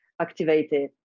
activated